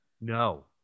No